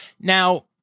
Now